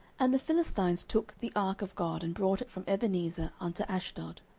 and the philistines took the ark of god, and brought it from ebenezer unto ashdod.